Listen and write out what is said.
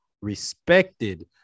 respected